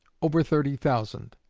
over thirty thousand.